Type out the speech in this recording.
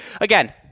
again